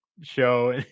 show